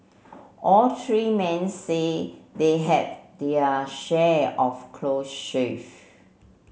all three men say they have their share of close shave